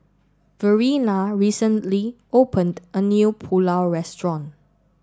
Verena recently opened a new Pulao restaurant